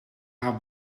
haar